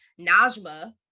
Najma